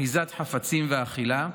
אחיזת חפצים ואכילה,